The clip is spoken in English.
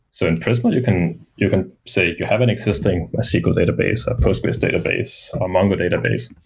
so in prisma, you can you can say you have an existing sql database, a postgres database, a mongo database,